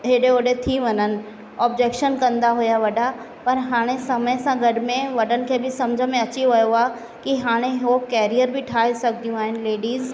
हेॾे होॾे थी वञनि ऑब्जेक्शन कंदा हुआ वॾा पर हाणे समय सां गॾु में वॾनि खे बि समुझ में अची वियो आहे कि हाणे उहो कैरियर बी ठाहे सघंदियूं आहिनि लेडिस